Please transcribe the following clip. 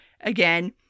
again